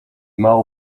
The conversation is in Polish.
mało